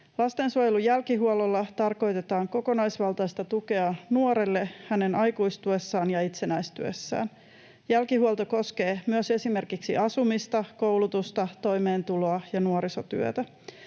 Lastensuojelun jälkihuollolla tarkoitetaan kokonaisvaltaista tukea nuorelle hänen aikuistuessaan ja itsenäistyessään. Jälkihuolto koskee myös esimerkiksi asumista, koulutusta, toimeentuloa ja nuorisotyötä.